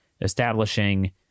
establishing